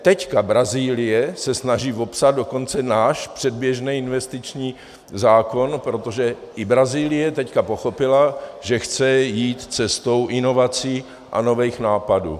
Teď Brazílie se snaží opsat dokonce náš předběžný investiční zákon, protože i Brazílie teď pochopila, že chce jít cestou inovací a nových nápadů.